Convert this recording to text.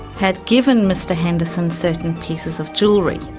had given mr henderson certain pieces of jewellery.